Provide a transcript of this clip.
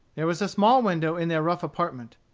there was a small window in their rough apartment.